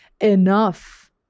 enough